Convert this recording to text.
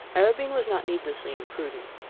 arobin was not needlessly imprudent.